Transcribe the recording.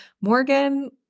Morgan